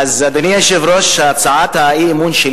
אדוני היושב-ראש, הצעת האי-אמון שלי